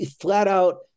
flat-out